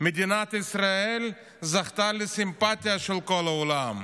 מדינת ישראל זכתה לסימפתיה של כל העולם.